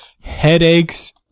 Headaches